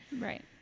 right